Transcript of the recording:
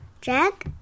Jack